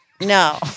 no